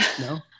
No